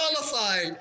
qualified